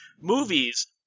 movies